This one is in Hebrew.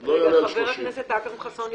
הכנסת אכרם חסון,